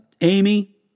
Amy